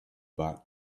back